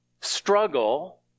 struggle